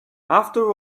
after